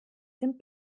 dem